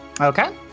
Okay